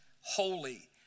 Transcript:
holy